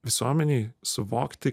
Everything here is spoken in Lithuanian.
visuomenei suvokti